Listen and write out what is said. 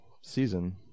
season